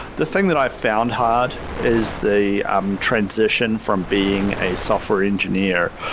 the thing that i found hard is they um transition from being a software engineer.